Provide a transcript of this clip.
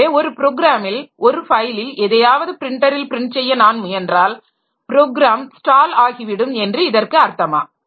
எனவே ஒரு ப்ரோக்ராமில் ஒரு ஃபைலில் எதையாவது பிரின்டரில் பிரின்ட் செய்ய நான் முயன்றால் ப்ரோகிராம் ஸ்டால் ஆகிவிடும் என்று இதற்கு அர்த்தமா